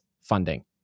funding